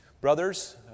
brothers